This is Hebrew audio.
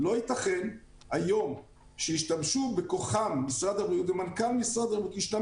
לא ייתכן שישתמשו בכוחם משרד הבריאות ומנכ"ל משרד הבריאות.